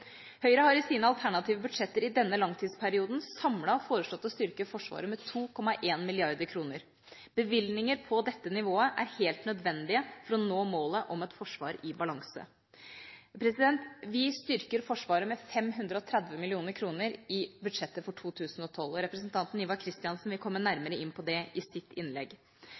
Høyre har i sine alternative budsjetter i denne langtidsperioden samlet foreslått å styrke Forsvaret med 2,1 mrd. kr. Bevilgninger på dette nivået er helt nødvendige for å nå målet om et forsvar i balanse. Vi styrker Forsvaret med 530 mill. kr i budsjettet for 2012. Representanten Ivar Kristiansen vil komme nærmere inn på det i sitt innlegg.